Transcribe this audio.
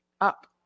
up